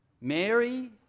Mary